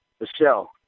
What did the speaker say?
Michelle